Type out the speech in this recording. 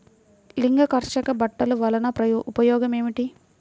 లింగాకర్షక బుట్టలు వలన ఉపయోగం ఏమిటి?